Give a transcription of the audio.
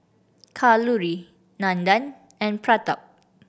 Kalluri Nandan and Pratap